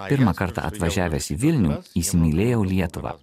pirmą kartą atvažiavęs į vilnių įsimylėjau lietuvą